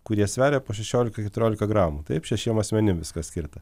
kurie sveria po šešiolika keturiolika gramų taip šešiem asmenim viskas skirta